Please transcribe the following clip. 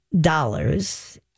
dollars